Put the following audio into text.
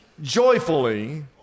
joyfully